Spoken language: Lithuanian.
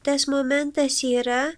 tas momentas yra